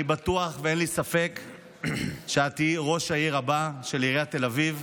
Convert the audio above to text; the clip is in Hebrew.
אני בטוח ואין לי ספק שאת תהיי ראש העיר הבאה של עיריית תל אביב.